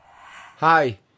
Hi